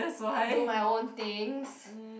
and do my own things